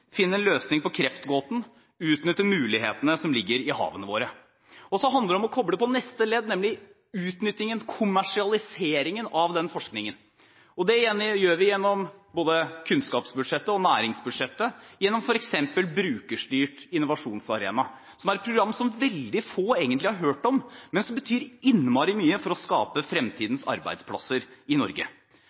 finne en løsning på kreftgåten, og utnytte mulighetene som ligger i havene våre. Så handler det om å koble på neste ledd, nemlig utnyttingen og kommersialiseringen av den forskningen. Det gjør vi gjennom både kunnskapsbudsjettet og næringsbudsjettet, gjennom f.eks. Brukerstyrt innovasjonsarena, som er et program som veldig få egentlig har hørt om, men som betyr innmari mye for å skape fremtidens arbeidsplasser i Norge.